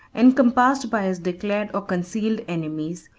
encompassed by his declared or concealed enemies,